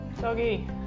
Doggy